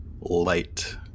light